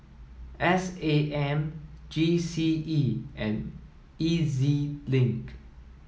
S A M G C E and E Z Link